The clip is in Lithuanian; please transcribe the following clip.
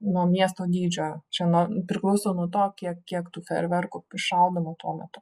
nuo miesto dydžio čia nuo priklauso nuo to kiek kiek tų ferverkų iššaunama tuo metu